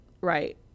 right